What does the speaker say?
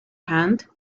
hand